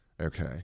okay